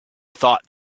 thought